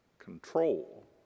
Control